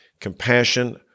compassion